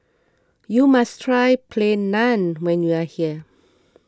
you must try Plain Naan when you are here